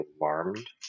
alarmed